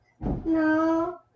no